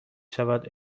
شود